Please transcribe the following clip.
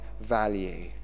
value